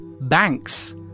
banks